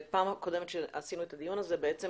בפעם הקודמת שעשינו את הדיון הזה בעצם